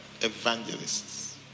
evangelists